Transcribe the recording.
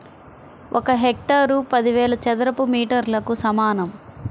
ఒక హెక్టారు పదివేల చదరపు మీటర్లకు సమానం